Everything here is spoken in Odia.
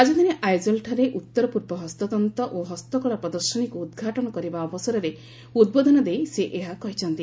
ରାଜଧାନୀ ଆଇଜଲ୍ଠାରେ ଊତ୍ତର ପୂର୍ବ ହସ୍ତତନ୍ତ ଓ ହସ୍ତକଳା ପ୍ରଦର୍ଶନୀକୁ ଉଦ୍ଘାଟନ କରିବା ଅବସରରେ ଉଦ୍ବୋଧନ ଦେଇ ସେ ଏହା କହିଛନ୍ତି